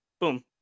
boom